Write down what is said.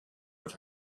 with